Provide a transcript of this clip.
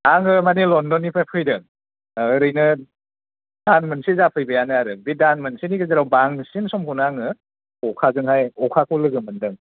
आङो माने लण्डननिफ्राय फैदों ओरैनो दान मोनसे जाफैबायआनो आरो बे दानमोनसेनि गेजेराव बांसिन समखौनो आङो अखाजोंहाय अखाखौ लोगो मोन्दों